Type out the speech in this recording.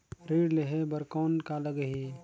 ऋण लेहे बर कौन का लगही?